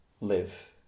live